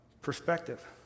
perspective